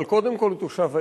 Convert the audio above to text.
אבל קודם כול הוא תושב העיר,